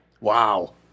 Wow